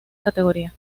categoría